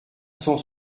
cent